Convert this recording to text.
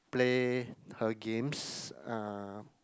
play her games uh